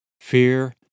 Fear